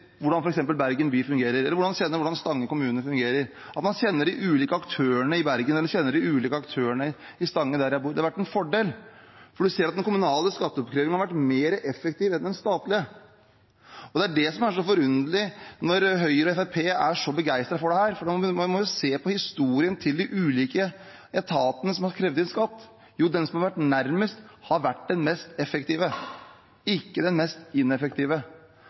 hvordan f.eks. Bergen by fungerer, eller at man kjenner til hvordan Stange kommune fungerer – at man kjenner de ulike aktørene i Bergen eller kjenner de ulike aktørene i Stange, der jeg bor. Det har vært en fordel, for man ser at den kommunale skatteoppkrevingen har vært mer effektiv enn den statlige. Det er det som er så forunderlig når Høyre og Fremskrittspartiet er så begeistret for dette, for man må jo se på historien til de ulike etatene som har krevd inn skatt. Den som har vært nærmest, har vært den mest effektive, ikke den mest ineffektive.